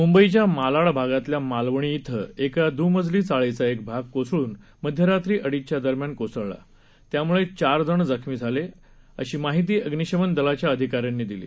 म्ंबईच्या मालाड भागातल्या मालवणी इथं एका द्मजली चाळीचा एक भाग मध्यरात्री अडीचच्या दरम्यान कोसळला त्याम्ळे चार जण जखमी झाले आहेत अशी माहिती अग्नीशमन दलाच्या अधिकाऱ्यांनी दिली